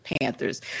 Panthers